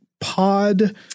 pod